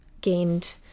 gained